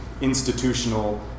institutional